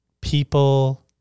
People